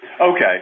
Okay